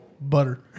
Butter